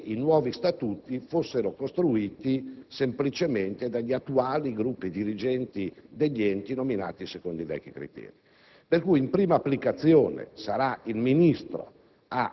che i nuovi statuti fossero costruiti semplicemente dagli attuali gruppi dirigenti degli enti nominati secondo i vecchi criteri. Pertanto, in prima applicazione, sarà il Ministro